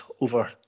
over